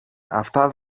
αυτά